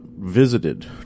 visited